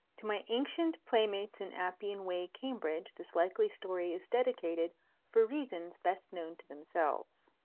to my ancient playmates in appian way cambridge this likely story is dedicated for reasons best known to themselves